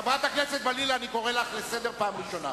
חברת הכנסת בלילא, אני קורא לך לסדר פעם ראשונה.